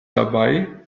dabei